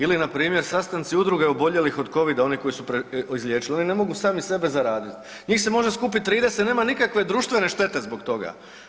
Ili na primjer sastanci udruge oboljelih od Covida, oni koji su se izliječeni, o ne mogu sami sebe zaraziti, njih se može skupiti 30 nema nikakve društvene štete zbog toga.